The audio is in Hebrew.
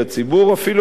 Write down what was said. אפילו אנחנו,